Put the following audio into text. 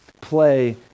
play